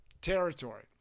territory